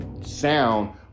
sound